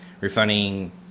refunding